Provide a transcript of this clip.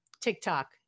TikTok